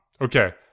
Okay